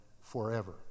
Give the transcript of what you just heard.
forever